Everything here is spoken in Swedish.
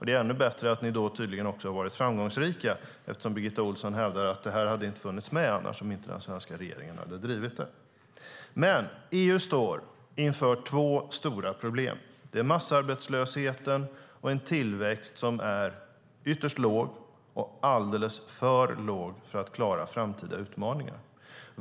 Det är ännu bättre att ni tydligen har varit framgångsrika, för Birgitta Ohlsson hävdar att jämställdheten inte hade funnits med om inte den svenska regeringen drivit denna fråga. EU står inför två stora problem. Det är massarbetslöshet och en tillväxt som är alldeles för låg för att klara framtida utmaningar.